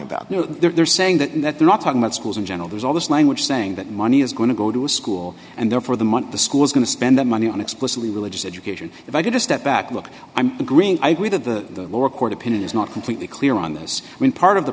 know they're saying that and that they're not talking about schools in general there's all this language saying that money is going to go to school and therefore the month the school is going to spend that money on explicitly religious education if i get a step back look i'm agreeing that the lower court opinion is not completely clear on this i mean part of the